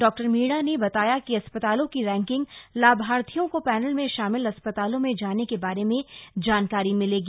doctor Meena ने बताया कि अस्पतालों की रैकिंग लाभार्थियों को पैनल में शामिल अस्पतालों में जाने के बारे में जानकारी मिलेगी